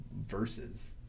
verses